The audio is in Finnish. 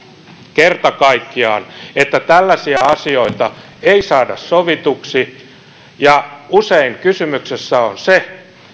kerta kaikkiaan että tällaisia asioita ei saada sovituksi usein kysymyksessä on se